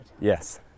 Yes